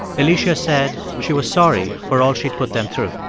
alicia said she was sorry for all she'd put them through.